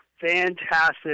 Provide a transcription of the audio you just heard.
fantastic